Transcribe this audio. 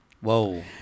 whoa